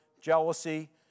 jealousy